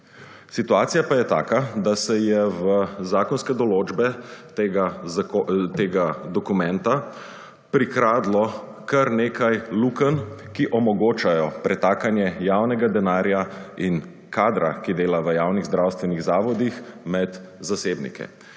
Situacija pa je taka, da se je v zakonske določbe tega dokumenta prikradlo kar nekaj lukenj, ki omogočajo pretakanja javnega denarja in kadra, ki dela v javnih zdravstvenih zavodih, med zasebnike.